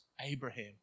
Abraham